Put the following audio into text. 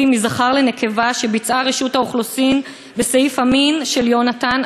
מזכר לנקבה שביצעה רשות האוכלוסין בסעיף המין של יונתן,